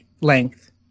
length